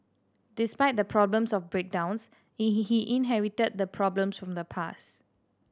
despite the problems of breakdowns he he he inherited the problems from the past